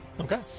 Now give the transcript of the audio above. Okay